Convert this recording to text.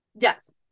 Yes